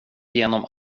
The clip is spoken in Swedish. igenom